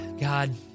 God